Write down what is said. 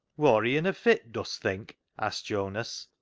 wor he in a fit, dust think? asked jonas.